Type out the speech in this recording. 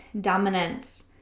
dominance